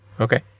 Okay